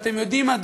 אתם יודעים מה?